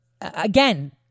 again